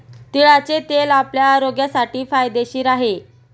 तिळाचे तेल आपल्या आरोग्यासाठी फायदेशीर आहे